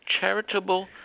charitable